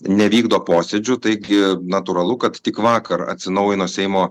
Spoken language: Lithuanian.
nevykdo posėdžių taigi natūralu kad tik vakar atsinaujino seimo